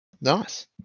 Nice